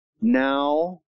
now